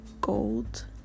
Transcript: gold